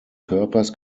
körpers